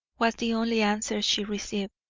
was the only answer she received.